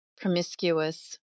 promiscuous